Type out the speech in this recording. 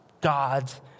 God's